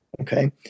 Okay